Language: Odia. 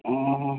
ଅଁ ହଁ